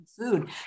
Food